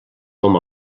com